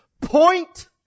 point